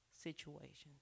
situations